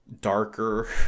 darker